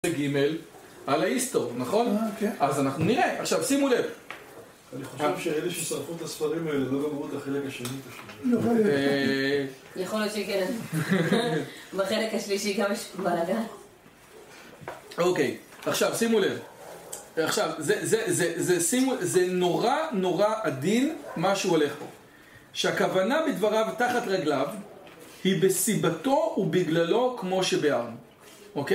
זה ג' אללה יסטור, נכון? אה, כן. אז אנחנו נראה, עכשיו שימו לב. אני חושב שאלה ששרפו את הספרים האלה לא גמרו את החלק השני. יכול להיות שכן. בחלק השלישי גם יש בלאגן. אוקיי, עכשיו שימו לב. עכשיו, זה נורא נורא עדין מה שהוא הולך פה. שהכוונה בדבריו תחת רגליו, היא בסיבתו ובגללו כמו שבארנו. אוקיי?